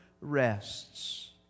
rests